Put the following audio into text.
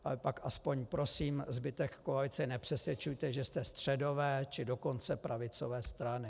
Ale pak aspoň prosím zbytek koalice, nepřesvědčujte, že jste středové, či dokonce pravicové strany.